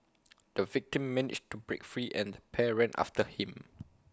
the victim managed to break free and the pair ran after him